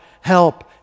help